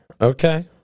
Okay